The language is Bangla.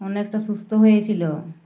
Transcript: অনেকটা সুস্থ হয়েছিল